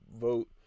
Vote